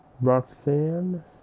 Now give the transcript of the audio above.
Roxanne